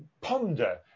ponder